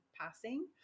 passing